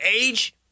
age